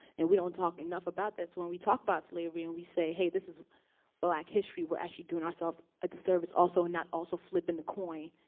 and we don't talk enough about this. so when we talk about slavery and we say, hey, this is black history, we're actually doing ourselves a disservice also and not also flipping the coin.